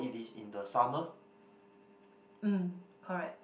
mm correct